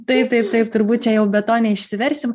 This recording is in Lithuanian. taip taip taip turbūt čia jau be to neišsiversim